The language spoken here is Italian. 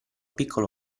piccolo